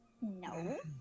No